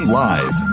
live